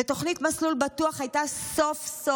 ותוכנית מסלול בטוח הייתה סוף-סוף